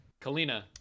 kalina